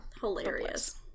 hilarious